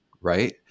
right